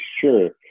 sure